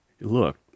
look